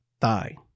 thigh